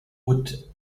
would